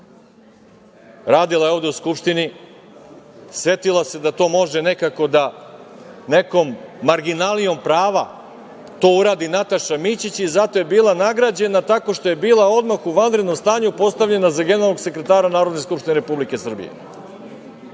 radila je ovde u Skupštini, setila se da to može nekako da nekom marginalijom prava to uradi Nataša Mićić i zato je bila nagrađena tako što je bila odmah u vanrednom stanju postavljena za Generalnog sekretara Narodne skupštine Republike Srbije. Ti